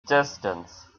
distance